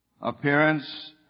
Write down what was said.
appearance